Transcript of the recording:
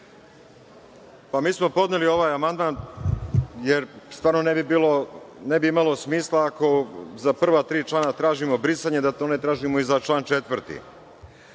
Mi smo podneli ovaj amandman jer stvarno ne bi imalo smisla ako za prva tri člana tražimo brisanje, da to ne tražimo i za 4. član. Međutim